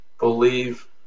believe